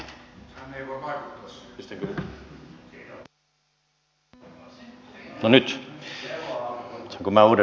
saanko minä uudestaan aloittaa